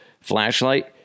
flashlight